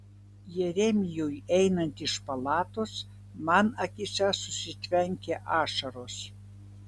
jeremijui einant iš palatos man akyse susitvenkė ašaros